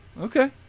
Okay